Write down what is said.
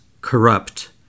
corrupt